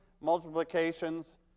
multiplications